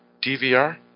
DVR